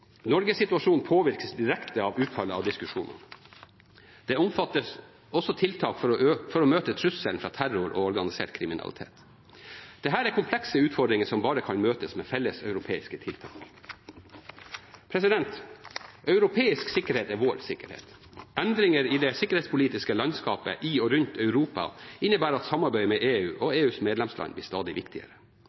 Norges situasjon påvirkes direkte av utfallet av diskusjonene. Det omfatter også tiltak for å møte trusselen fra terror og organisert kriminalitet. Dette er komplekse utfordringer som bare kan møtes med felleseuropeiske tiltak. Europeisk sikkerhet er vår sikkerhet. Endringer i det sikkerhetspolitiske landskapet i og rundt Europa innebærer at samarbeidet med EU og EUs medlemsland blir stadig viktigere.